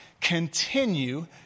Continue